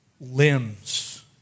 limbs